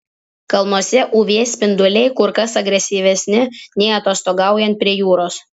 kalnuose uv spinduliai kur kas agresyvesni nei atostogaujant prie jūros